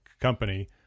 company